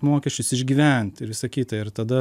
mokesčius išgyvent ir visa kita ir tada